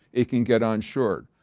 it can get unsure.